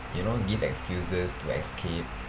you know give excuses to escape